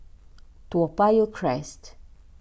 Toa Payoh Crest